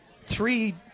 three